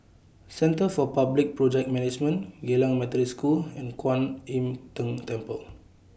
Centre For Public Project Management Geylang Methodist School Kwan Im Tng Temple